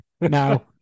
Now